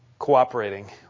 cooperating